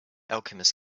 alchemist